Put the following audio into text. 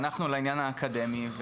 ואנחנו לעניין האקדמי.